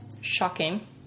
Shocking